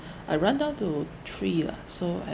I round down to three ah so I